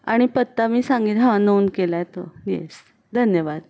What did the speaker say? आणि पत्ता मी सांगेन हा नोंद केला आहे तो येस धन्यवाद